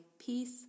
peace